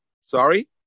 sorry